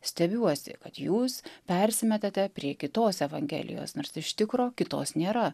stebiuosi kad jūs persimetate prie kitos evangelijos nors iš tikro kitos nėra